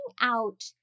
out